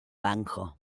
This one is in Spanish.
banjo